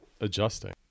adjusting